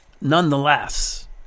Nonetheless